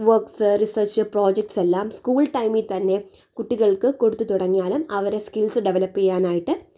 works research projects എല്ലാം school ടൈമി തന്നെ കുട്ടികൾക്ക് കൊടുത്തു തുടങ്ങിയാലും അവരുടെ സ്കിൽസ് ഡെവലപ് ചെയ്യാനായിട്ട് പറ്റും